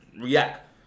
react